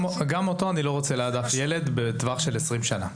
גם אותו אני לא רוצה ליד הילד בטווח של 20 שנה.